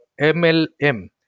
MLM